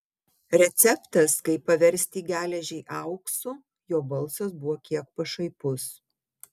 receptas kaip paversti geležį auksu jo balsas buvo kiek pašaipus